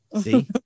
See